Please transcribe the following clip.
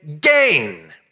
gain